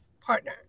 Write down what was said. partner